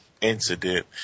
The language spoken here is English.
incident